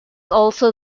also